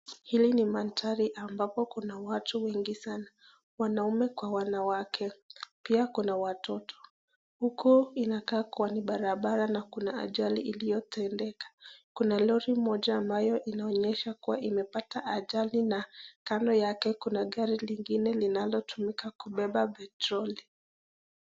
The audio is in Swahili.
Hili ni mandhari ambapo kuna watu wengi sana, wanaume kwa wanawake, pia kuna watoto, huku inakaa kuwa ni barabara na kuna ajali iliyotendeka. Kuna lori moja ambayo inaonyesha imepata ajali na kando kuna gari lingine linalotumika kubeba petroli.